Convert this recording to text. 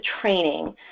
training